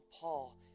Paul